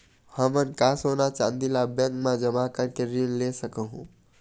हमन का सोना चांदी ला बैंक मा जमा करके ऋण ले सकहूं?